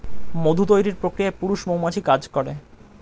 মধু তৈরির প্রক্রিয়ায় পুরুষ মৌমাছি কাজ করে